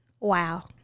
Wow